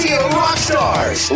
Rockstars